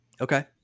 Okay